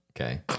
okay